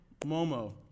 Momo